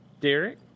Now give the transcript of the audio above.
Derek